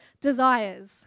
desires